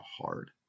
hard